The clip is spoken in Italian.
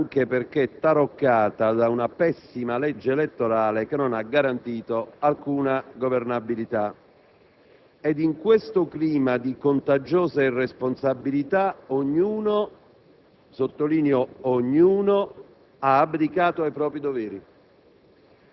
anche perché taroccata da una pessima legge elettorale, che non ha garantito alcuna governabilità. In questo clima di contagiosa irresponsabilità, ognuno - sottolineo, ognuno - ha abdicato ai propri doveri.